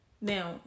now